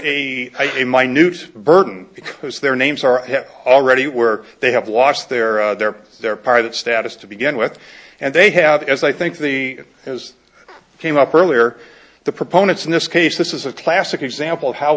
a minute burden because their names are already where they have lost their their their part of status to begin with and they have as i think the as came up earlier the proponents in this case this is a classic example of how